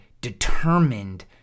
determined